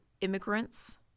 immigrants